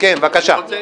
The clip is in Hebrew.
כן, בבקשה, המשך.